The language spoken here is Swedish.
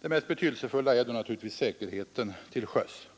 Det mest betydelsefulla är naturligtvis säkerheten till sjöss.